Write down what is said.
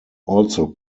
also